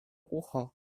ucho